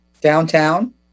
downtown